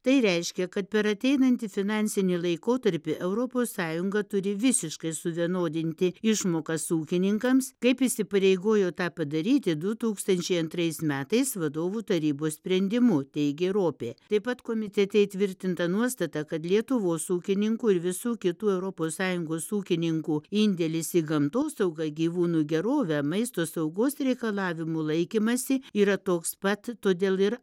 tai reiškia kad per ateinantį finansinį laikotarpį europos sąjunga turi visiškai suvienodinti išmokas ūkininkams kaip įsipareigojo tą padaryti du tūkstančiai antrais metais vadovų tarybos sprendimu teigė ropė taip pat komitete įtvirtinta nuostata kad lietuvos ūkininkų ir visų kitų europos sąjungos ūkininkų indėlis į gamtosaugą gyvūnų gerovę maisto saugos reikalavimų laikymąsi yra toks pat todėl ir